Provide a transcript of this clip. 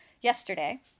yesterday